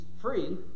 free